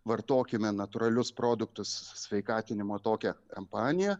vartokime natūralius produktus sveikatinimo tokią kampaniją